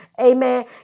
Amen